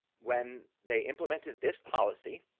when they implemented this policy,